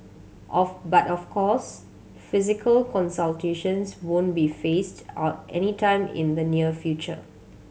of but of course physical consultations won't be phased out anytime in the near future